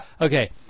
Okay